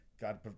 God